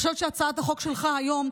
אני חושבת שהצעת החוק שלך היום,